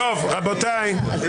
יוראי קיבל מהדיון --- סליחה,